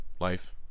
life